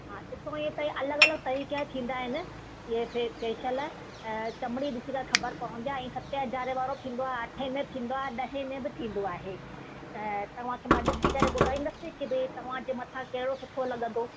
हा ॾिसो ईअं त हे अलॻि अलॻि तरीक़े जा थींदा आहिनि ईअं फे फेशियल ऐं चमड़ी ॾिसी करे ख़बर पवंदी आहे ऐं सते हज़ारे वारो थींदो आहे अठे में बि थींदो आहे ॾहें में बि थींदो आहे त तव्हांखे मां ॾिसी करे ॿुधाईंदस की तव्हांजे मथा कहिड़ो सुठो लॻंदो